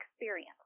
experience